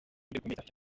bikomeretsa